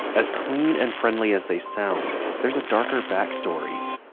as clean and friendly as they sound, there's a darker backstory.